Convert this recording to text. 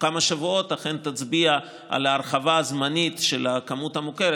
כמה שבועות אכן תצביע על ההרחבה הזמנית של הכמות המוכרת